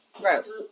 Gross